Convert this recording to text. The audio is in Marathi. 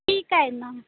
ठीक आहे ना